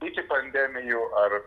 iki pandemijų ar